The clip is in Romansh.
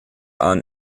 han